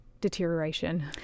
deterioration